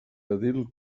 edil